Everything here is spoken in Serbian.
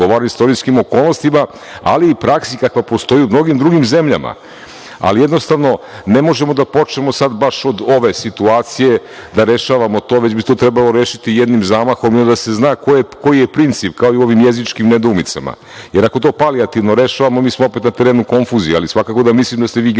istorijskim okolnostima ali i praksi kakva postoji u mnogim drugim zemljama, ali jednostavno ne možemo da počnemo sad baš od ove situacije da rešavamo to, već bi to trebalo rešiti jednim zamahom i onda se zna koji je princip, kao i u ovim jezičkim nedoumicama, jer ako to palijativno rešavamo, mi smo opet na terenu konfuzije. Ali, svakako da mislim da ste vi generalno